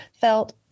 felt